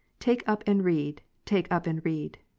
take up and read take up and read.